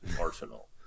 arsenal